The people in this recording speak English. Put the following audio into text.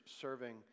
serving